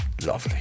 lovely